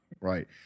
right